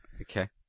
Okay